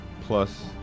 plus